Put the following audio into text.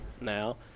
now